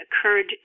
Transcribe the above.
occurred